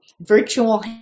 virtual